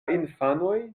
infanoj